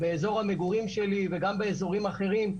באזור המגורים שלי וגם באזורים אחרים,